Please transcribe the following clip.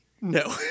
No